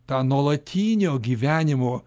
tą nuolatinio gyvenimo